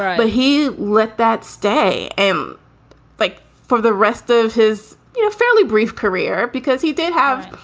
but he let that stay m like for the rest of his, you know, fairly brief career because he did have